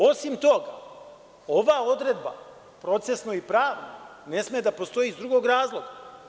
Osim toga, ova odredba procesno i pravno ne sme da postoji iz drugog razloga.